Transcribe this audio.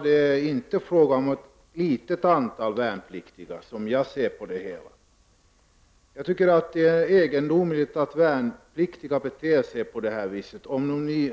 Det var alltså inte fråga om något litet antal värnpliktiga. Jag tycker att det är egendomligt att värnpliktiga beter sig på det här sättet, vare sig